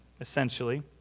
essentially